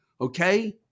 Okay